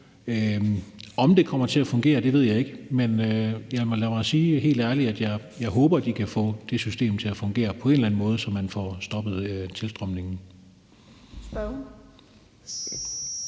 Om det kommer til at fungere, ved jeg ikke, men lad mig sige helt ærligt, at jeg håber, de kan få det system til at fungere på en eller anden måde, så man får stoppet tilstrømningen.